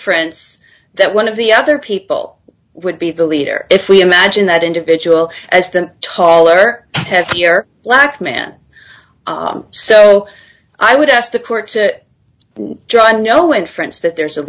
inference that one of the other people would be the leader if we imagine that individual as the taller heavier black man so i would ask the court to draw no inference that there's a